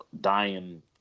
dying